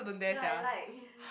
ya I like